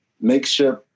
makeshift